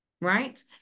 right